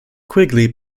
quigley